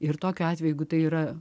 ir tokiu atveju tai yra